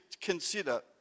consider